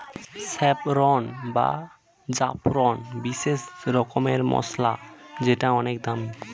saffron বা জাফরান বিশেষ রকমের মসলা যেটা অনেক দামি